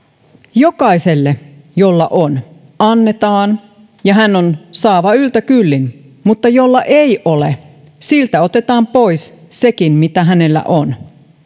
jokaiselle jolla on annetaan ja hän on saava yltä kyllin mutta jolla ei ole siltä otetaan pois sekin mitä hänellä on